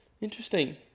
Interesting